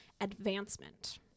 advancement